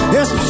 Yes